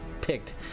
picked